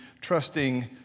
trusting